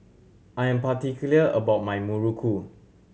I am particular about my Muruku